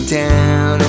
down